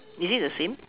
is it the same